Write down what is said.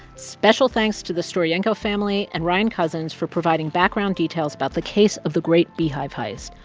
special thanks to the storenko family and ryan cousins for providing background details about the case of the great beehive heist,